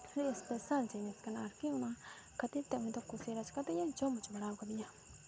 ᱟᱹᱰᱤ ᱮᱥᱯᱮᱥᱟᱞ ᱡᱤᱱᱤᱥ ᱠᱟᱱᱟ ᱟᱨᱠᱤ ᱚᱱᱟ ᱠᱷᱟᱹᱛᱤᱨ ᱛᱮ ᱩᱱᱤ ᱫᱚ ᱠᱩᱥᱤ ᱨᱟᱹᱥᱠᱟᱹ ᱛᱮᱜᱮ ᱡᱚᱢ ᱦᱚᱪᱚ ᱵᱟᱲᱟ ᱠᱟᱫᱤᱧᱟᱭ